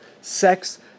Sex